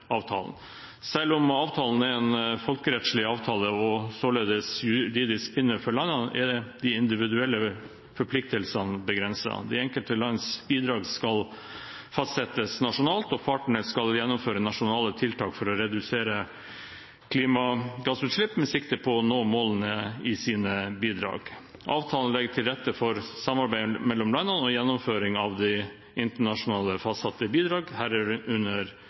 avtalen. Selv om avtalen er en folkerettslig avtale og således juridisk bindende for landene, er de individuelle forpliktelsene begrenset. De enkelte lands bidrag skal fastsettes nasjonalt, og partene skal gjennomføre nasjonale tiltak for å redusere klimagassutslipp med sikte på å nå målene i sine bidrag. Avtalen legger til rette for samarbeid mellom landene og gjennomføring av de internasjonalt fastsatte bidragene, herunder